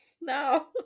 No